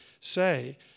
say